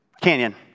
canyon